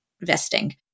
vesting